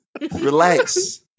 relax